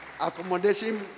accommodation